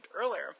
earlier